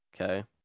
Okay